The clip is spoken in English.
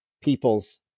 people's